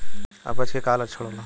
अपच के का लक्षण होला?